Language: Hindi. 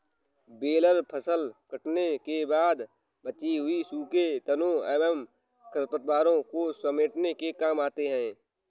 बेलर फसल कटने के बाद बचे हुए सूखे तनों एवं खरपतवारों को समेटने के काम आते हैं